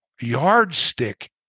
yardstick